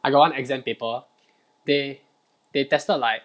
I got one exam paper they they tested like